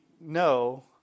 no